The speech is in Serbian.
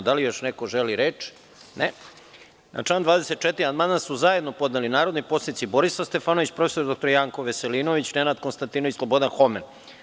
Da li neko želi reč? (Ne) Na član 24. amandman su zajedno podneli narodni poslanici Borislav Stefanović, prof. dr Janko Veselinović, Nenad Konstantinović i Slobodan Homen.